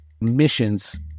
missions